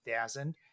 thousand